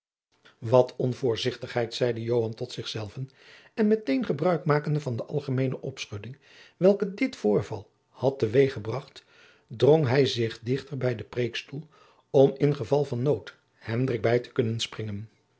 wat onvoorzichtigheid zeide joan tot zich zelven en meteen gebruik makende van de algemeene opschudding welke dit voorval had te weeg gebracht drong hij zich dichter bij den predikstoel om in geval van nood hendrik bij te kunnen springen